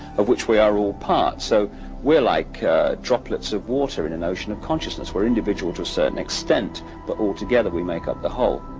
of which we are all part, so we're like droplets of water in an ocean of consciousness. we're individual to a certain extent, but together we make up the whole.